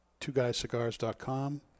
twoguyscigars.com